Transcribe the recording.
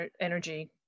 energy